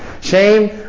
Shame